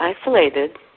isolated